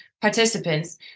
participants